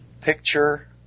Picture